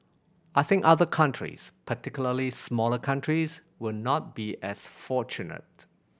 I think other countries particularly smaller countries will not be as fortunate